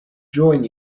join